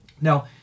Now